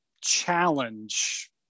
challenge